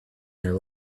their